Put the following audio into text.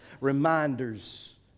reminders